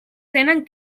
tenen